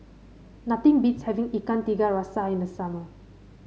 nothing beats having Ikan Tiga Rasa in the summer